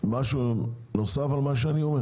משהו נוסף על מה שאני אומר?